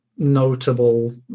Notable